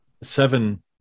seven